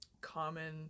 common